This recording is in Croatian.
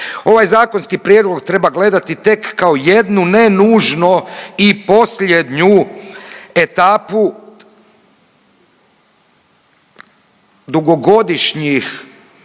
Ovaj zakonski prijedlog treba gledati tek kao jednu ne nužno i posljednju etapu dugogodišnjih